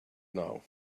now